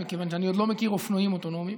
מכיוון שאני עוד לא מכיר אופנועים אוטונומיים,